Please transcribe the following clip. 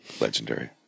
Legendary